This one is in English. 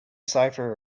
cipher